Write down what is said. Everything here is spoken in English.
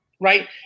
Right